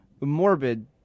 morbid